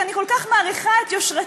שאני כל כך מעריכה את יושרתם,